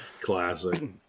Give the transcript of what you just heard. Classic